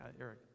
Eric